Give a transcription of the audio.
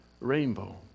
Rainbow